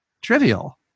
trivial